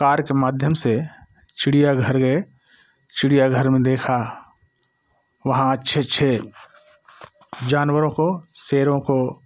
car के माध्यम से चिड़िया घर गए चिड़िया घर में देखा वहाँ अच्छे अच्छे जानवरों को शेरों को